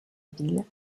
ville